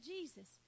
Jesus